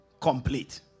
complete